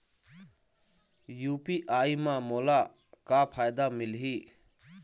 UPI म मोला का फायदा मिलही?